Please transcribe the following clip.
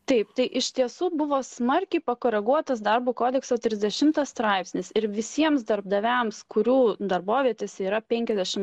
taip tai iš tiesų buvo smarkiai pakoreguotas darbo kodekso trisdešimtas straipsnis ir visiems darbdaviams kurių darbovietėse yra penkiasdešimt